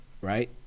right